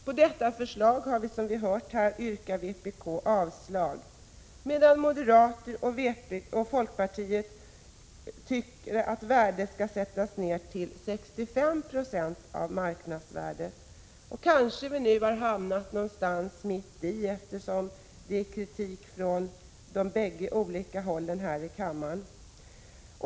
På detta förslag yrkar — som vi har hört — vpk avslag, medan moderater och folkpartister yrkar att värdet sätts ned till 65 96 av marknadsvärdet. Kanske vi nu har hamnat någonstans mitt emellan, eftersom det har förekommit kritik från båda hållen här i kammaren.